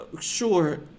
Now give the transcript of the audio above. Sure